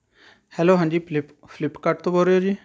hello ਹਾਂਜੀ ਫਲਿੱਪ ਫਲਿੱਪਕਾਡ ਤੋਂ ਬੋਲ ਰਹੇ ਹੋ ਜੀ